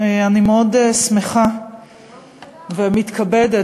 אני מאוד שמחה ומתכבדת,